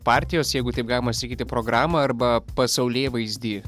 partijos jeigu taip galima sakyti programą arba pasaulėvaizdį